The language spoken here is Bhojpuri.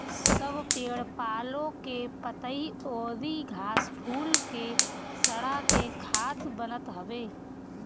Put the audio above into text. सब पेड़ पालो के पतइ अउरी घास फूस के सड़ा के खाद बनत हवे